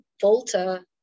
Volta